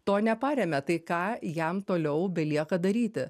to neparėmė tai ką jam toliau belieka daryti